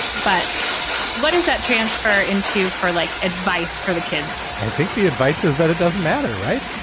but what does that transfer into for like advice for the kids? i think the advice is that it doesn't matter, right.